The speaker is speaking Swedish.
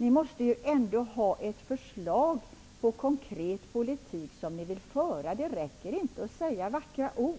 Ni måste ju ändå ha ett förslag till konkret politik som ni vill föra. Det räcker inte med att säga vackra ord.